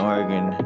Oregon